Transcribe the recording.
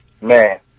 man